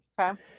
Okay